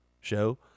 show